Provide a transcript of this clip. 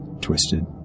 twisted